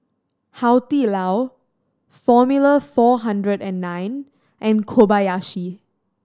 Hai Di Lao Formula Four Hundred And Nine and Kobayashi